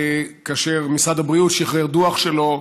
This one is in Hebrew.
לאחר שמשרד הבריאות שחרר דוח שלו.